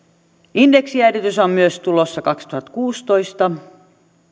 indeksijäädytys on myös tulossa kaksituhattakuusitoista